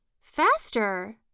Faster